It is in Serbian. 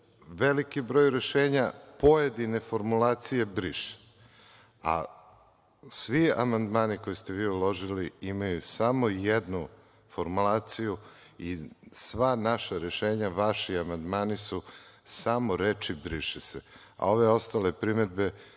veliki broj rešenja, pojedine formulacije briše, a svi amandmani koje ste vi uložili imaju samo jednu formulaciju i sva naša rešenja vaši amandmani su samo reči briše se, a ove ostale primedbe